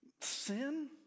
sin